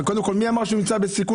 מי אמר שהוא נמצא בסיכון?